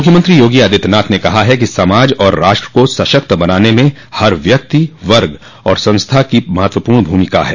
मुख्यमंत्री योगी आदित्यनाथ ने कहा है कि समाज और राष्ट्र को सशक्त बनाने में हर व्यक्ति वर्ग व संस्था की महत्वपूर्ण भूमिका है